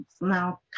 now